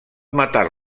matar